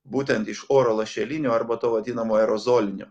būtent iš oro lašeliniu arba to vadinamo aerozolinio